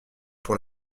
pour